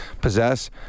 possess